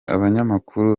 abanyamakuru